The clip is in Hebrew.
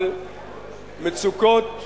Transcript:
על מצוקות המושמעות,